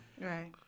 Right